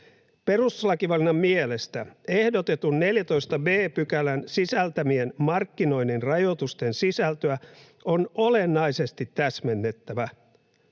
”Perustuslakivaliokunnan mielestä ehdotetun 14 b §:n sisältämien markkinoinnin rajoitusten sisältöä on olennaisesti täsmennettävä.